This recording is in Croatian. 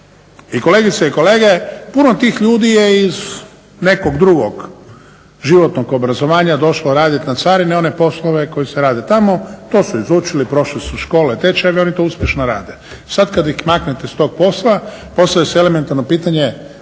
I kolegice i kolege, puno tih ljudi je iz nekog drugog životnog obrazovanja došlo raditi na carini one poslove koji se rade tamo. To su izučili, prošli su škole, tečajeve. Oni to uspješno rade. Sad kad ih maknete sa tog posla postavlja se elementarno pitanje